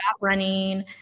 running